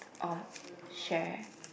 or share